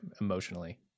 emotionally